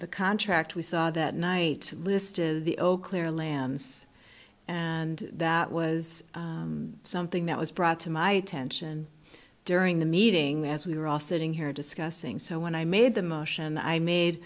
the contract we saw that night listed the auclair lands and that was something that was brought to my attention during the meeting as we were all sitting here discussing so when i made the motion i made